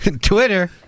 Twitter